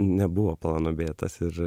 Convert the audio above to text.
nebuvo plano b tas ir